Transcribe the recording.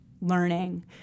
learning